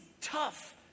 tough